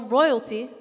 royalty